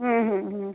হুম হুম হুম